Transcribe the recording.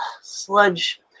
sludge